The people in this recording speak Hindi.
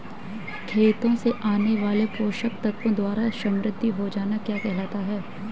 खेतों से आने वाले पोषक तत्वों द्वारा समृद्धि हो जाना क्या कहलाता है?